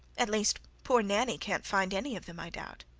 at least poor nanny can't find any of them, i doubt.